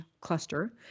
cluster